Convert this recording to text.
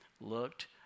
looked